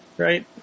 Right